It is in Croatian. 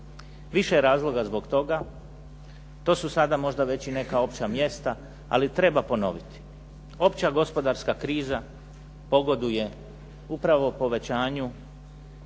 Više je razloga zbog toga, to su sada možda već i neka opća mjesta, ali treba ponoviti. Opća gospodarska kriza pogoduje upravo povećanju